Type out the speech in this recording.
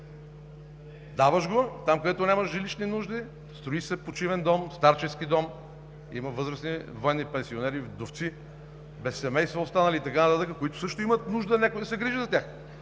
даваш го, там, където нямаш жилищни нужди, строи се почивен дом, старчески дом – има възрастни военни пенсионери вдовци, без семейства останали и така нататък, които също имат нужда някой да се грижи за тях.